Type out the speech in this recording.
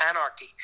anarchy